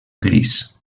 gris